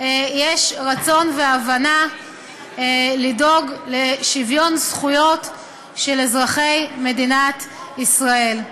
יש הבנה ורצון לדאוג לשוויון זכויות של אזרחי מדינת ישראל.